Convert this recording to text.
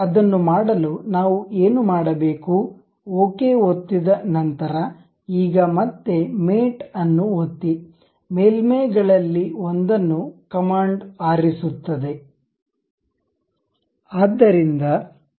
ಅದನ್ನು ಮಾಡಲು ನಾವು ಏನು ಮಾಡಬೇಕು ಓಕೆ ಒತ್ತಿ ದ ನಂತರ ಈಗ ಮತ್ತೆ ಮೇಟ್ ಅನ್ನು ಒತ್ತಿ ಮೇಲ್ಮೈಗಳಲ್ಲಿ ಒಂದನ್ನು ಕಮಾಂಡ್ ಆರಿಸುತ್ತದೆ